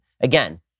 Again